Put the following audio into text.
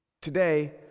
Today